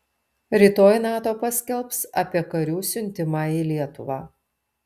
rytoj nato paskelbs apie karių siuntimą į lietuvą